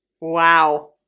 Wow